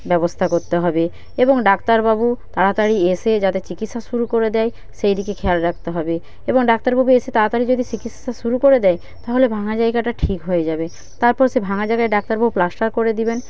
ব্যবস্থা করতে হবে এবং ডাক্তারবাবু তাড়াতাড়ি এসে যাতে চিকিৎসা শুরু করে দেয় সেইদিকে খেয়াল রাখতে হবে এবং ডাক্তারবাবু এসে তাড়াতাড়ি যদি চিকিৎসা শুরু করে দেয় তাহলে ভাঙা জায়গাটা ঠিক হয়ে যাবে তারপর সেই ভাঙা জায়গায় ডাক্তারবাবু প্লাস্টার করে দেবেন